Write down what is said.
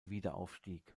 wiederaufstieg